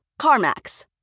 CarMax